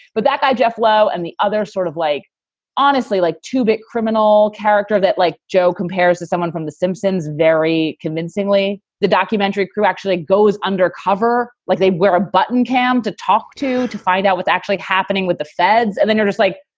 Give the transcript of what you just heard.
but that guy, jeff lowe and the others sort of like honestly, like two-bit criminal character that like joe compares to someone from the simpsons very convincingly. the documentary crew actually goes undercover, like they wear a button cam to talk to to find out what's actually happening with the feds. and then you're just like,